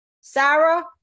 Sarah